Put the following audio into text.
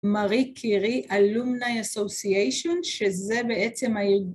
marie curie alumni association, שזה בעצם הארגון